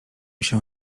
się